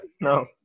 no